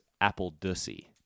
apple-dussy